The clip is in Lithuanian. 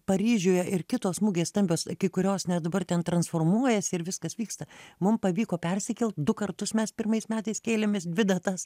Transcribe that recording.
paryžiuje ir kitos mugės stambios kai kurios nes dabar ten transformuojasi ir viskas vyksta mum pavyko persikelt du kartus mes pirmais metais kėlėmės dvi datas